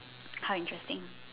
how interesting